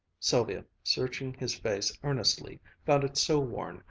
sylvia, searching his face earnestly, found it so worn,